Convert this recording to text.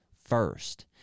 first